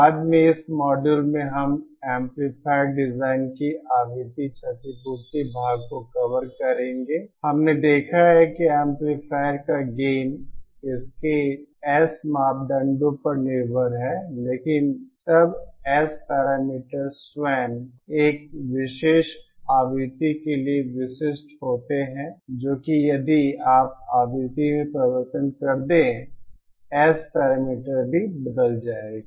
बाद में इस मॉड्यूल में हम एम्पलीफायर डिजाइन के आवृत्ति क्षतिपूर्ति भाग को कवर करेंगे हमने देखा है कि एम्पलीफायर का गेन इसके एस मापदंडों पर निर्भर है लेकिन तब S पैरामीटर स्वयं एक विशेष आवृत्ति के लिए विशिष्ट होते हैं जो कि यदि आप आवृत्ति में परिवर्तन कर दे S पैरामीटर भी बदल जाएगा